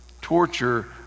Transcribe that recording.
torture